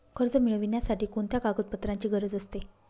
कर्ज मिळविण्यासाठी कोणत्या कागदपत्रांची गरज असते?